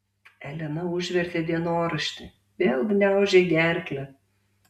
elena užvertė dienoraštį vėl gniaužė gerklę